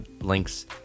links